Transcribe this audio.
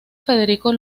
federico